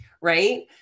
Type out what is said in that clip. right